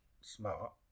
smart